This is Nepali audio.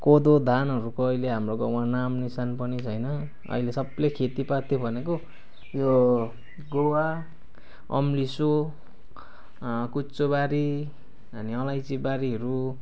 कोदो धानहरूको अहिले हाम्रो गाउँमा नाम निसान पनि छैन अहिले सबले खेतीपाती भनेको यो गुवा अम्लिसो कुच्चोबारी अनि अलैँचीबारीहरू